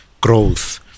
growth